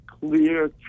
clear